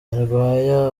nyarwaya